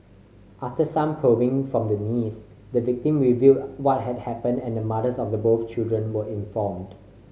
after some probing from the niece the victim revealed what had happened and the mothers of the both children were informed